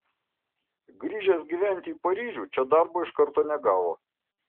grįžęs gyventi į paryžių čia darbo iš karto negavo